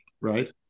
right